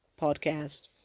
podcast